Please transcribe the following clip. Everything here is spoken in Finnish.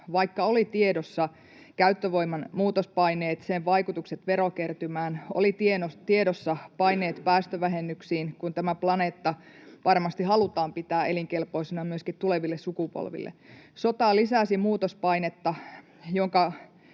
vaikka tiedossa olivat käyttövoiman muutospaineet, sen vaikutukset verokertymään, tiedossa olivat paineet päästövähennyksiin, kun tämä planeetta varmasti halutaan pitää elinkelpoisena myöskin tuleville sukupolville. Sota lisäsi painetta